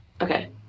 okay